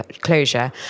closure